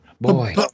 boy